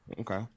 okay